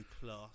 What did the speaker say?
class